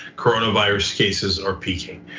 coronavirus cases are peaking.